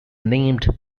named